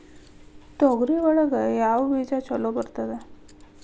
ತೊಗರಿ ಒಳಗ ಯಾವ ಬೇಜ ಛಲೋ ಬರ್ತದ?